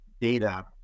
data